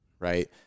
right